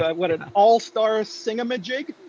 but what, an all star sing-a-ma-jig? yeah.